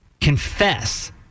confess